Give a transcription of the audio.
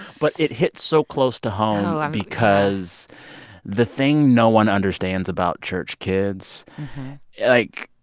but it hit so close to home because the thing no one understands about church kids like,